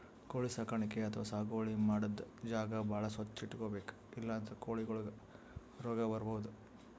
ಕೋಳಿ ಸಾಕಾಣಿಕೆ ಅಥವಾ ಸಾಗುವಳಿ ಮಾಡದ್ದ್ ಜಾಗ ಭಾಳ್ ಸ್ವಚ್ಚ್ ಇಟ್ಕೊಬೇಕ್ ಇಲ್ಲಂದ್ರ ಕೋಳಿಗೊಳಿಗ್ ರೋಗ್ ಬರ್ಬಹುದ್